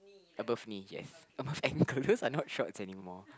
above knee yes above ankle those are not shorts anymore